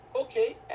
okay